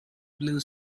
blue